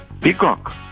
Peacock